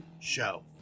Show